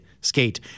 skate